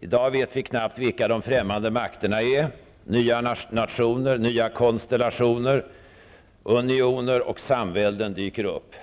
I dag vet vi knappt vilka de främmande makterna är -- nya nationer, nya konstellationer, unioner och samvälden dyker upp.